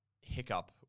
hiccup